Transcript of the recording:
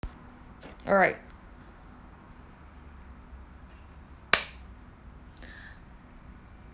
alright